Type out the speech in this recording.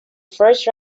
first